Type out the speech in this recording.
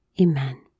Amen